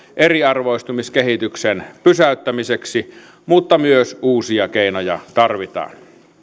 eriarvoistumiskehityksen pysäyttämiseksi mutta myös uusia keinoja tarvitaan